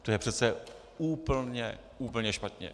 To je přece úplně, úplně špatně!